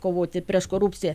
kovoti prieš korupciją